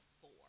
four